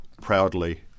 Proudly